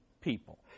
people